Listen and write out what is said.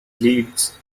leads